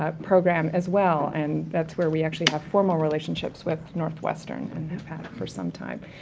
um program as well, and that's where we actually have formal relationships with northwestern and have had for some time.